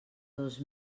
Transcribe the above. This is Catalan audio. dos